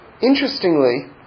interestingly